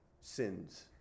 sins